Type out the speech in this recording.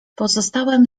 pozostałem